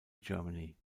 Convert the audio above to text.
germany